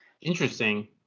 interesting